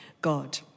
God